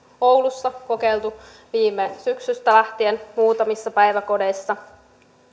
oulussa kokeiltu viime syksystä lähtien muutamissa päiväkodeissa